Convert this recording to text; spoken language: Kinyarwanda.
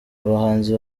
abahanzi